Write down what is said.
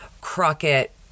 Crockett